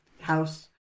House